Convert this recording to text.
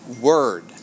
word